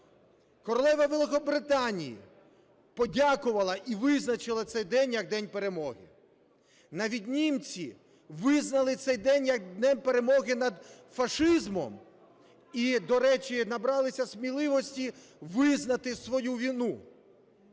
Королева Великобританії подякувала і визначила цей день як День перемоги. Навіть німці визнали цей день як Днем перемоги над фашизмом, і, до речі, набралися сміливості визнати свою вину.